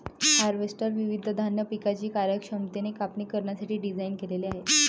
harvester विविध धान्य पिकांची कार्यक्षमतेने कापणी करण्यासाठी डिझाइन केलेले आहे